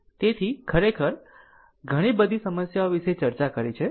તેથી ખરેખર ઘણી બધી સમસ્યાઓ વિશે ચર્ચા કરી છે